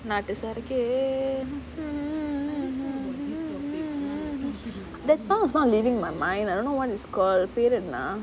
நாட்டு Sarakku saraku that song is not leaving my mind I don't know what it's called பெரு என்ன:peru enna